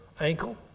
ankle